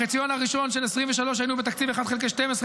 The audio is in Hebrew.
בחציון הראשון של 2023 היינו בתקציב 1 חלקי 12,